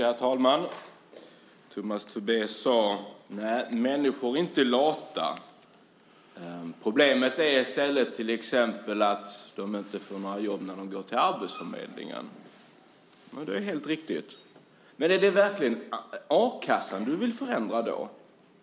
Herr talman! Tomas Tobé sade: Nej, människor är inte lata - problemet är i stället till exempel att de inte får jobb när de går till arbetsförmedlingen. Det är helt riktigt. Men är det då verkligen a-kassan du vill förändra?